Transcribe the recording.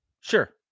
Sure